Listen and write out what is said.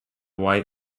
white